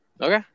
Okay